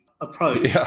approach